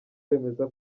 bemeza